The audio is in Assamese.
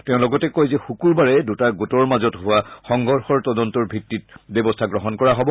তেওঁ লগতে কয় যে শুকুৰবাৰে দুটা গোটৰ মাজত হোৱা সংঘৰ্ষৰ তদন্তৰ ভিত্তিত ব্যৱস্থা গ্ৰহণ কৰা হব